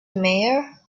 mayor